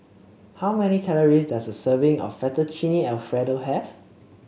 how many calories does a serving of Fettuccine Alfredo have